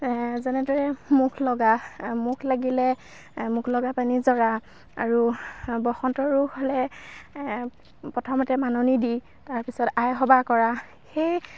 যেনেদৰে মুখ লগা মুখ লাগিলে মুখ লগা পানী জৰা আৰু বসন্ত ৰোগ হ'লে প্ৰথমতে মাননি দি তাৰপিছত আই সবাহ কৰা সেই